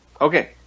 okay